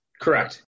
Correct